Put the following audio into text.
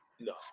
No